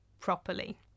properly